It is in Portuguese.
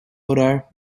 orar